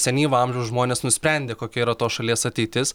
senyvo amžiaus žmonės nusprendė kokia yra tos šalies ateitis